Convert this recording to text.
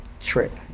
trip